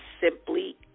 simply